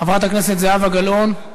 חברת הכנסת זהבה גלאון,